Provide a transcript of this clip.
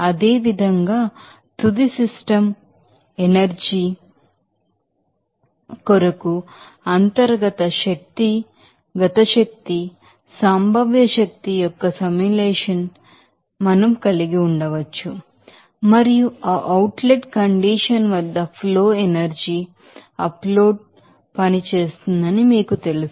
అదేవిధంగా తుది system energy కొరకు internal energy kinetic energy potential ఎనెర్జియొక్క సమేషన్ ని మనం కలిగి ఉండవచ్చు మరియు ఆ అవుట్ లెట్ కండిషన్ వద్ద ఫ్లో ఎనర్జీ అప్ లోడ్ పనిచేస్తుందని మీకు తెలుసు